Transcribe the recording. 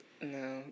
No